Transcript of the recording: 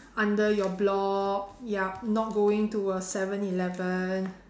under your block yup not going to a seven-eleven